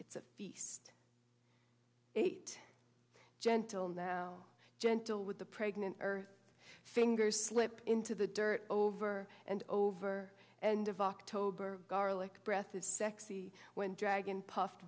it's a feast eight gentle now gentle with the pregnant earth fingers slip into the dirt over and over and of october garlic breath is sexy when dragon puff